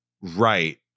right